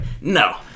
no